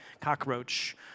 cockroach